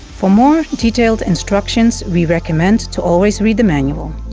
for more detailed instructions we recommend to always read the manual.